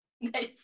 Nice